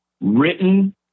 written